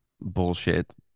bullshit